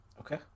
Okay